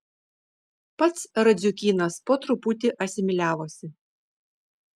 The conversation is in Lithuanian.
pats radziukynas po truputį asimiliavosi